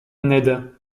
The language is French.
ned